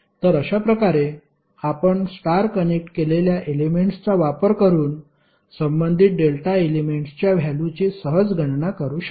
तर अशा प्रकारे आपण स्टार कनेक्ट केलेल्या एलेमेंट्सचा वापर करून संबंधित डेल्टा एलेमेंट्सच्या व्हॅल्युची सहज गणना करू शकतो